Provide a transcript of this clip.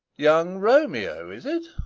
young romeo, is it?